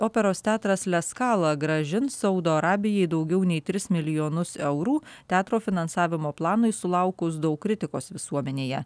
operos teatras le skala grąžins saudo arabijai daugiau nei tris milijonus eurų teatro finansavimo planui sulaukus daug kritikos visuomenėje